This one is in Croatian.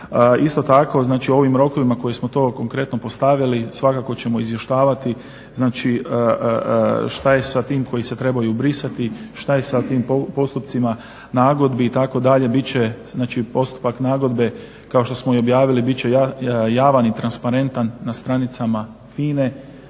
Isto tako, znači ovim rokovima kojim smo to konkretno postavili svakako ćemo izvještavati znači šta je sa tim koji se trebaju brisati, šta je sa tim postupcima nagodbi itd. Bit će, znači postupak nagodbe kao što smo i objavili bit će javan i transparentan na stranicama